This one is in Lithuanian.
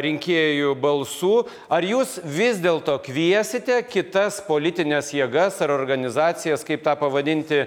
rinkėjų balsų ar jūs vis dėlto kviesite kitas politines jėgas ar organizacijas kaip tą pavadinti